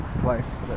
place